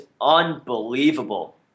unbelievable